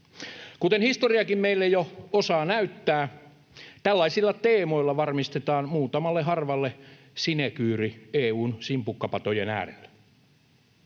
Kuten historiakin meille jo osaa näyttää, tällaisilla teemoilla varmistetaan muutamalle harvalle sinekyyri EU:n simpukkapatojen äärelle.